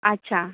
अच्छा